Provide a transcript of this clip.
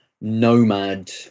nomad